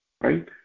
Right